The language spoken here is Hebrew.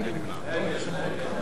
ושל חברת הכנסת שלי יחימוביץ לסעיף 37(1)